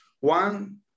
One